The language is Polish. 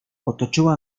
otoczyła